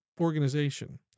organization